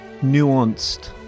nuanced